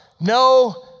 no